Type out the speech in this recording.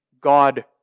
God